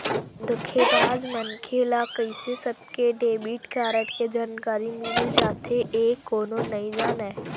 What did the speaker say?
धोखेबाज मनखे ल कइसे सबके डेबिट कारड के जानकारी मिल जाथे ए कोनो नइ जानय